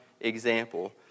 example